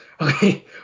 Okay